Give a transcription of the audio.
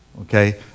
okay